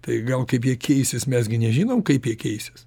tai gal kaip jie keisis mes gi nežinom kaip ji keisis